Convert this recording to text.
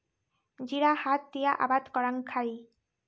জিরা হাত দিয়া আবাদ করাং খাই